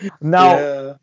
Now